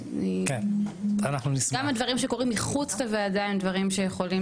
כמה דברים שקורים מחוץ לוועדה הם דברים שיכולים